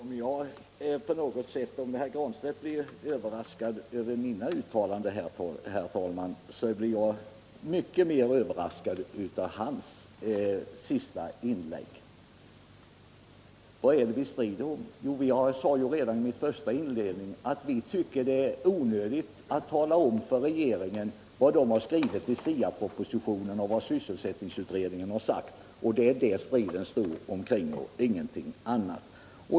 Herr talman! Om herr Granstedt blev överraskad av mina uttalanden i debatten, så är jag ännu mer överraskad av herr Granstedts senaste inlägg. Vad är det nämligen vi strider om? Jag sade redan i mitt första anförande att vi tycker det är onödigt att tala om för regeringen vad regeringen har skrivit i SIA-propositionen och vad sysselsättningsutredningen har sagt. Det är om det striden står, ingenting annat.